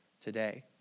today